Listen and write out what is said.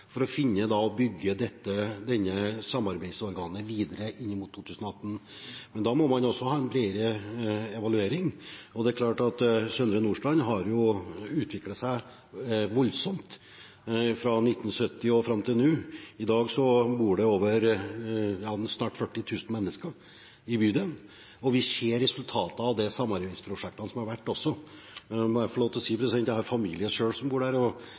for å bygge dette samarbeidsorganet videre inn mot 2018. Men da må man også ha en bredere evaluering. Søndre Nordstrand har utviklet seg voldsomt fra 1970 og fram til nå. I dag bor det nesten 40 000 mennesker i bydelen. Vi ser også resultatet av de samarbeidsprosjektene som har vært,og jeg må få lov til å si – jeg har selv familie som bor der: